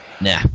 Nah